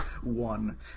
One